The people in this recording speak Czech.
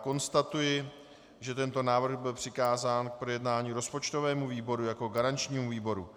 Konstatuji, že tento návrh byl přikázán rozpočtovému výboru jako garančnímu výboru.